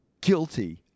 guilty